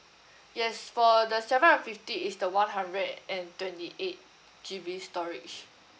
yes for the seven hundred fifty is the one hundred a~ and twenty eight G_B storage